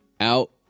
out